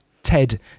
Ted